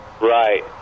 Right